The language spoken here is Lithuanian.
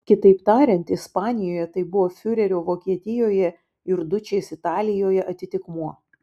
kitaip tariant ispanijoje tai buvo fiurerio vokietijoje ir dučės italijoje atitikmuo